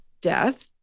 death